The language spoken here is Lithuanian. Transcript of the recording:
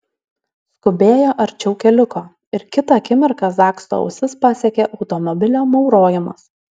skubėjo arčiau keliuko ir kitą akimirką zakso ausis pasiekė automobilio maurojimas